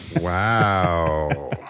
wow